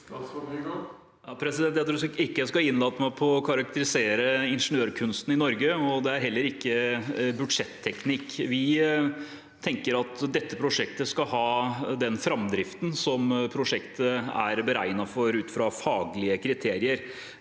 Jeg tror ikke jeg skal innlate meg på å karakterisere ingeniørkunsten i Norge, og det er heller ikke budsjetteknikk. Vi tenker at dette prosjektet skal ha den framdriften som prosjektet er beregnet for, ut fra faglige kriterier.